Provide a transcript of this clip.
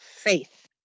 Faith